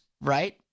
right